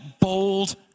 bold